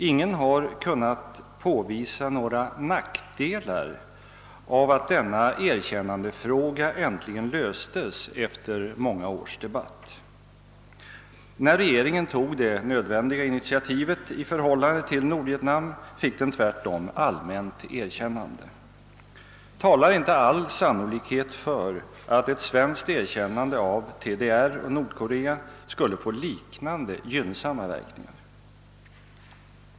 Ingen har kunnat påvisa några nackdelar av att denna erkännandefråga äntligen löstes efter många års debatt. När regeringen tog det nödvändiga initiativet i förhållande till Nordvietnam fick den tvärtom allmänt erkännande. Talar inte all sannolikhet för att ett svenskt erkännande av DDR och Nordkorea skulle få liknande gynnsamma verkningar?